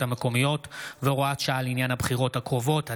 המקומיות והוראות שעה לעניין הבחירות הקרובות,